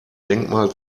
denkmal